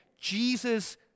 Jesus